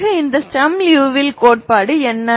பிறகு இந்த Sturm Liouville கோட்பாடு என்ன